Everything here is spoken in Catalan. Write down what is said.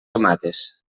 tomates